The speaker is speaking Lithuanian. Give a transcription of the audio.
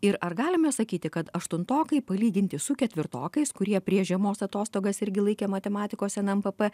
ir ar galime sakyti kad aštuntokai palyginti su ketvirtokais kurie prieš žiemos atostogas irgi laikė matematikos nmpp